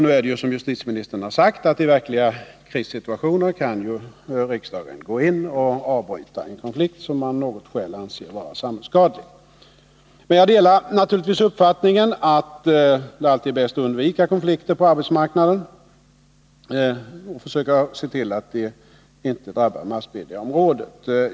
Nu är det ju så, som justitieministern har sagt, att i verkliga krissituationer kan riksdagen gå in och avbryta-en konflikt som man av något skäl anser vara samhällsskadlig. Men jag delar naturligtvis uppfattningen att det alltid är bäst att undvika konflikter på arbetsmarknaden och försöka se till att de inte drabbar massmediaområdet.